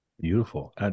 Beautiful